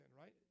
right